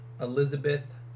Elizabeth